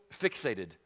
fixated